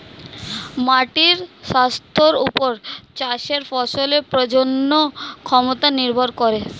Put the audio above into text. মাটির স্বাস্থ্যের ওপর চাষের ফসলের প্রজনন ক্ষমতা নির্ভর করে